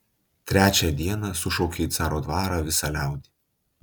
trečią dieną sušaukė į caro dvarą visą liaudį